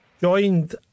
Joined